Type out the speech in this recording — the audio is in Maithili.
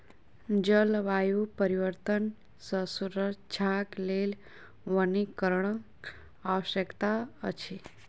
जलवायु परिवर्तन सॅ सुरक्षाक लेल वनीकरणक आवश्यकता अछि